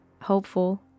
Hopeful